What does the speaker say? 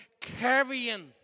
carrying